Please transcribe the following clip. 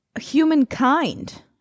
humankind